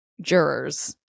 jurors